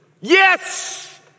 Yes